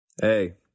Hey